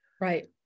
right